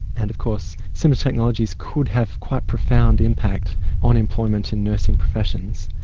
and of course similar technologies could have quite profound impact on employment in nursing professions.